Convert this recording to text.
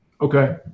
Okay